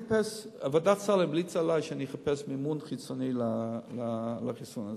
ועדת הסל המליצה לי שאחפש מימון חיצוני לחיסון הזה,